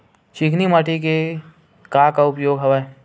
चिकनी माटी के का का उपयोग हवय?